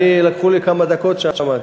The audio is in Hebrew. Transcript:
לקחו לי כמה דקות שם.